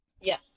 Yes